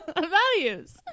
values